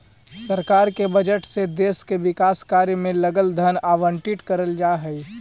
सरकार के बजट से देश के विकास कार्य के लगल धन आवंटित करल जा हई